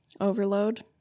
overload